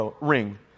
ring